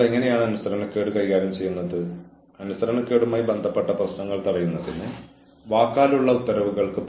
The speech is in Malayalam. നിങ്ങൾ ഒരു അച്ചടക്ക റിപ്പോർട്ട് എഴുതുമ്പോഴെല്ലാം നിങ്ങളുടെ ലക്ഷ്യങ്ങൾ വ്യക്തമായി പ്രതിപാദിച്ചിട്ടുണ്ടെന്ന് ഉറപ്പാക്കുക